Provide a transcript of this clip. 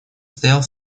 стоял